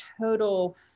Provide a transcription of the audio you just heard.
total